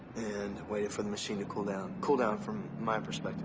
and waited for the machine to cool down. cool down from my perspective